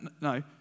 no